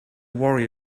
worry